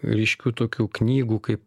ryškių tokių knygų kaip